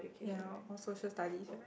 ya or social studies right